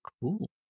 Cool